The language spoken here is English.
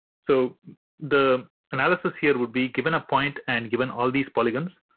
so the analysis here would be given a point and given all these polygons,